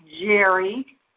Jerry